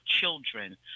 children